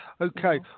Okay